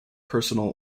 personal